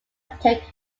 tech